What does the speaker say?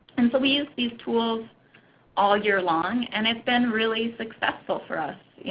and so we use these tools all year long. and it's been really successful for us.